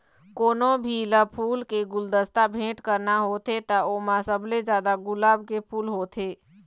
कोनो भी ल फूल के गुलदस्ता भेट करना होथे त ओमा सबले जादा गुलाब के फूल होथे